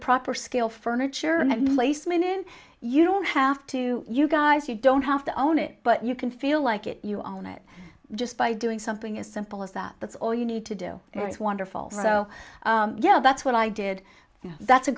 proper scale furniture and lace minit you don't have to you guys you don't have to own it but you can feel like it you own it just by doing something as simple as that that's all you need to do and it's wonderful so yeah that's what i did yeah